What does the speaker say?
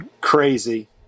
crazy